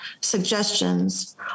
suggestions